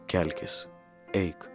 kelkis eik